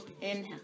inhale